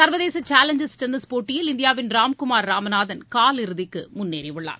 சர்வதேச challengers tennis போட்டியில் இந்தியாவின் ராம்குமார் ராமநாதன் காலிறுதிக்கு முன்னேறி உள்ளார்